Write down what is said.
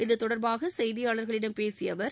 இத்தொடர்பாக செய்தியாளர்களிடம் பேசிய அவர்